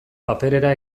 paperera